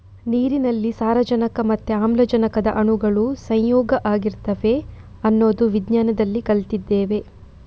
ನೀರಿನಲ್ಲಿ ಸಾರಜನಕ ಮತ್ತೆ ಆಮ್ಲಜನಕದ ಅಣುಗಳು ಸಂಯೋಗ ಆಗಿರ್ತವೆ ಅನ್ನೋದು ವಿಜ್ಞಾನದಲ್ಲಿ ಕಲ್ತಿದ್ದೇವೆ